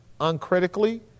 uncritically